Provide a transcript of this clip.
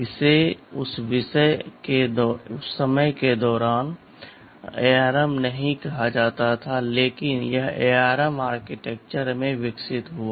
इसे उस समय के दौरान ARM नहीं कहा जाता था लेकिन यह ARM आर्किटेक्चर में विकसित हुआ